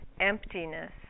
emptiness